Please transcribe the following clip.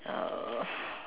uh